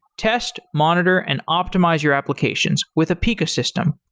test, monitor, and optimize your applications with apica system.